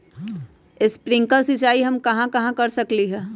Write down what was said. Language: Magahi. स्प्रिंकल सिंचाई हम कहाँ कहाँ कर सकली ह?